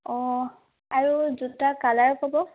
অঁ আৰু জোতাৰ কালাৰ ক'ব